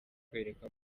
kwereka